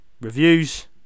Reviews